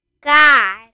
God